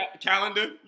calendar